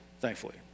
thankfully